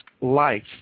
life